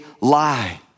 lie